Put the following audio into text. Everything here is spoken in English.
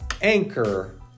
Anchor